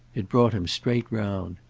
it brought him straight round.